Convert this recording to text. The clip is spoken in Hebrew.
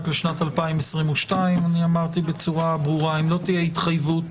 לשנת 2022. אני אמרתי בצורה ברורה שאם לא תהיה התחייבות